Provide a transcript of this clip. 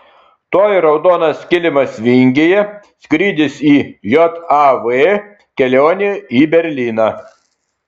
tuoj raudonas kilimas vingyje skrydis į jav kelionė į berlyną